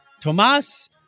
Thomas